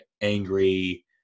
angry